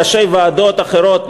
ראשי ועדות אחרות,